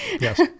Yes